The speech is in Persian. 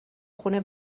خونه